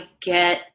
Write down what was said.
get